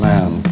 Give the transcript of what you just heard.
Man